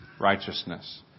righteousness